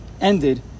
ended